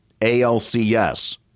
ALCS